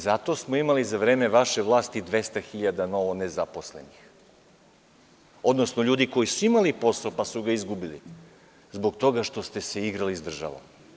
Zato smo imali za vreme vaše vlasti 200.000 novo nezaposlenih, odnosno ljudi koji su imali posao, pa su ga izgubili zbog toga što ste se igrali s državom.